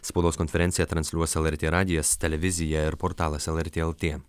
spaudos konferenciją transliuos lrt radijas televizija ir portalas lrt lt